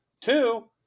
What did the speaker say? Two